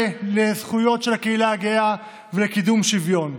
לזכויות של הקהילה הגאה ולקידום שוויון.